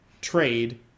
trade